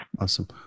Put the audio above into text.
Awesome